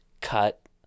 cut